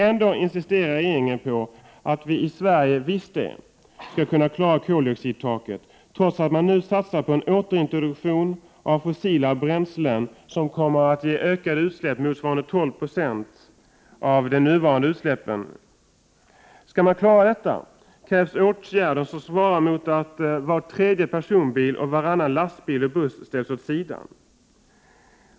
Ändå insisterar regeringen på att vi i Sverige skall klara koldioxidtaket, trots att man nu satsar på en återintroduktion av fossila bränslen, som kommer att ge ökade utsläpp motsvarande 12 96 av de nuvarande utsläppen. För att man skall klara detta krävs det åtgärder som svarar mot att var tredje personbil och varannan lastbil och buss ställs åt sidan.